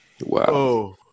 Wow